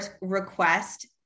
request